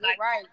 right